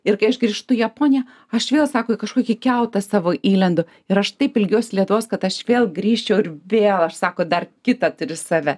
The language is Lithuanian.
ir kai aš grįžtu į japoniją aš vėl sako į kažkokį kiautą savo įlendu ir aš taip ilgiuosi lietuvos kad aš vėl grįžčiau ir vėl aš sako dar kitą turiu save